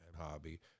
hobby